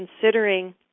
considering